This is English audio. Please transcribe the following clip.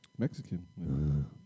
Mexican